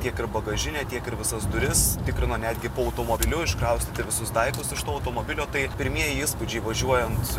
tiek ir bagažinę tiek ir visas duris tikrino netgi po automobiliu iškraustyti visus daiktus iš to automobilio tai pirmieji įspūdžiai važiuojant